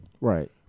Right